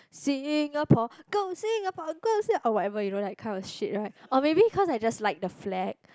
Singapore go Singapore go Singapore or whatever you know that kind of shit right or maybe cause I just like the flag